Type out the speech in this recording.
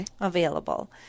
available